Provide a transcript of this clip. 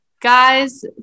guys